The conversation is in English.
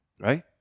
Right